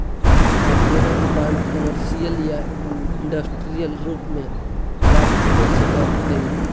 corporate bond commercial या industrial रूप में प्राप्त हो सकऽ हई